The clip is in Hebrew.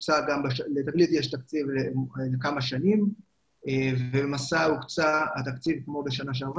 לתגלית יש תקציב לכמה שנים ולמסע ה וקצה התקציב כמו בשנה שעברה,